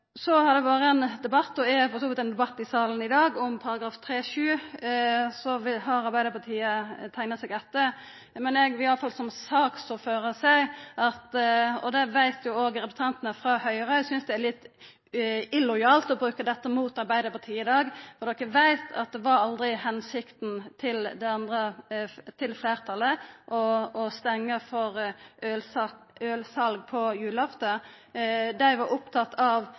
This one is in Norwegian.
Så har det vore ein debatt og er for så vidt ein debatt i salen i dag om § 3-7. No har Arbeidarpartiet teikna seg etter meg, men eg vil iallfall som saksordførar seia – og det veit òg representantane frå Høgre – at eg synest det er litt illojalt å bruka dette mot Arbeidarpartiet i dag når ein veit at det aldri var meininga til fleirtalet å stengja for ølsal på julaftan – dei var opptatt av